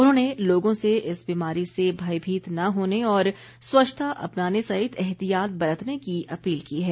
उन्होंने लोगों से इस बीमारी से भयभीत न होने और स्वच्छता अपनाने सहित एहतियात बरतने की अपील की है